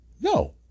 No